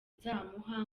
nzamuha